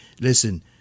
listen